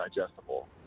digestible